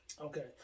Okay